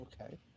okay